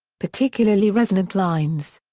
particularly resonant lines.